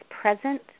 present